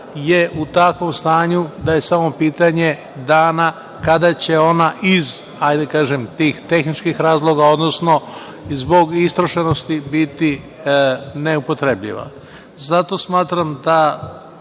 je u takvom stanju da je samo pitanje dana kada će ona iz tih tehničkih razloga, odnosno zbog istrošenosti biti neupotrebljiva. Zato smatram da